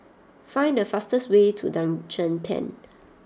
find the fastest way to Junction ten